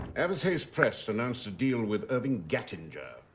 avershays press announced the deal with irving gattinger.